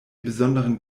besonderen